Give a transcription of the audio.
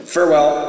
Farewell